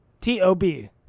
T-O-B